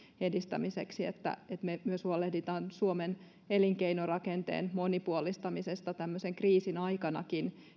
edistämiseksi että me huolehdimme suomen elinkeinorakenteen monipuolistamisesta tämmöisen kriisinkin aikana